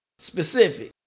Specific